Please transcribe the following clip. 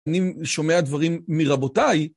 אני שומע דברים מרבותיי.